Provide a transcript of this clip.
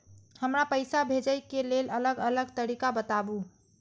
हमरा पैसा भेजै के लेल अलग अलग तरीका बताबु?